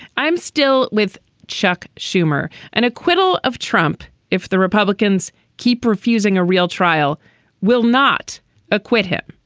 i'm still with chuck schumer and acquittal of trump. if the republicans keep refusing, a real trial will not acquit him.